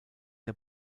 der